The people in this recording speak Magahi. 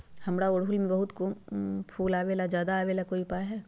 हमारा ओरहुल में बहुत कम फूल आवेला ज्यादा वाले के कोइ उपाय हैं?